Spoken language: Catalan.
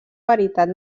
veritat